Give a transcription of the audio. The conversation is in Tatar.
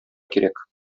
кирәк